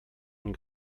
von